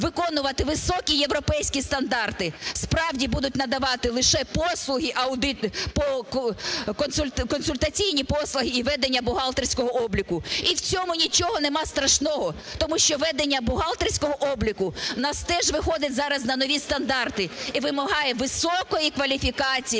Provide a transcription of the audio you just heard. виконувати високі європейські стандарти, справді, будуть надавати лише послуги, консультаційні послуги і ведення бухгалтерського обліку. І в цьому нічого нема страшного. Тому що ведення бухгалтерського обліку у нас теж виходить зараз на нові стандарти і вимагає високої кваліфікації